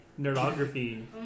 Neurography